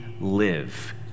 live